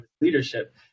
leadership